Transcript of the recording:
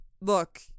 look